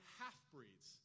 half-breeds